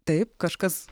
taip kažkas